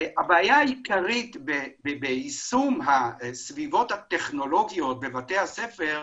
הבעיה העיקרית ביישום הסביבות הטכנולוגיות בבתי הספר היא,